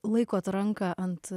laikot ranką ant